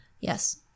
Yes